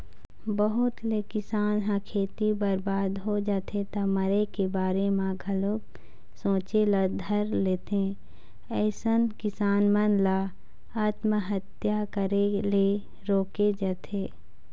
बहुत ले किसान ह खेती बरबाद हो जाथे त मरे के बारे म घलोक सोचे ल धर लेथे अइसन किसान मन ल आत्महत्या करे ले रोके जाथे